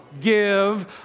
give